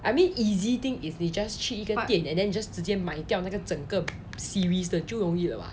I mean easy thing is 你 just 去一个店 and then just 直接买掉那个整个 series 的就容易了吧